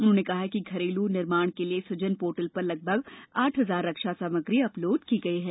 उन्होंने कहा कि घरेलू निर्माण के लिए सुजन पोर्टल पर लगभग आठ हजार रक्षा सामग्री अपलोड की गई है